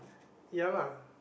ya lah